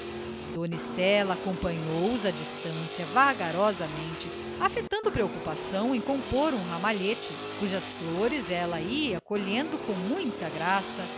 dona estela acompanhou-os a distancia vagarosamente afetando preocupação em compor um ramalhete cujas flores ela ia colhendo com muita graça